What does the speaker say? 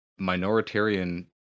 minoritarian